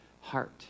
heart